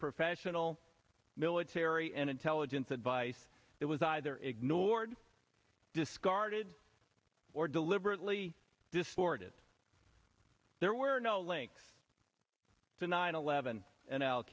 professional military and intelligence advice it was either ignored discarded or deliberately distorted there were no links to nine eleven and al